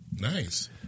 Nice